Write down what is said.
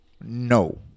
No